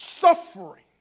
suffering